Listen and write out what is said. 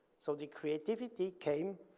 so, the creativity came,